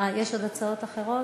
יש עוד הצעות אחרות?